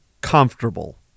comfortable